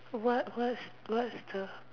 what what's what's the